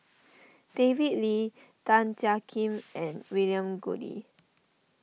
David Lee Tan Jiak Kim and William Goode